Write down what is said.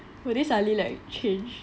will they suddenly like change